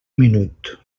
minut